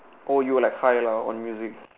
oh you were like high lah on music